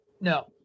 no